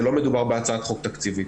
שלא מדובר בהצעת חוק תקציבית.